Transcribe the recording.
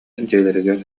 дьиэлэригэр